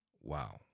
Wow